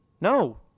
no